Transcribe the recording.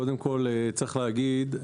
קודם כול צריך להגיד,